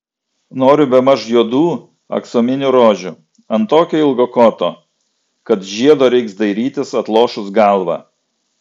noriu bemaž juodų aksominių rožių ant tokio ilgo koto kad žiedo reiks dairytis atlošus galvą